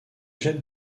jette